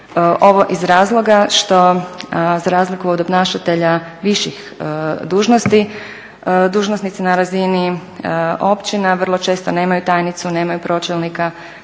ovo iz razloga što za razliku od obnašatelja viših dužnosti dužnosnici na razini općina vrlo često nemaju tajnicu, nemaju pročelnika,